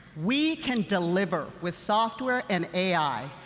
we can deliver with software and ai,